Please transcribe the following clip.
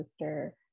sister